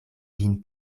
lin